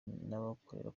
n’abikorera